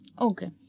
Okay